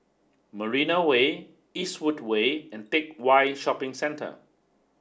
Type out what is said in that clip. Marina Way Eastwood Way and Teck Whye Shopping Centre